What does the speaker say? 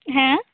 ᱦᱮᱸ